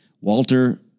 Walter